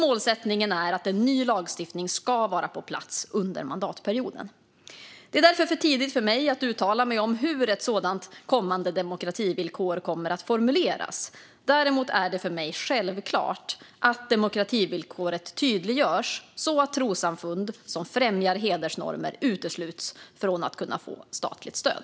Målsättningen är att en ny lagstiftning ska vara på plats under mandatperioden. Det är därför för tidigt för mig att uttala mig om hur ett sådant kommande demokrativillkor kommer att formuleras. Däremot är det för mig självklart att demokrativillkoret tydliggörs så att trossamfund som främjar hedersnormer utesluts från att kunna få statligt stöd.